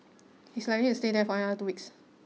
he is likely to stay there for another two weeks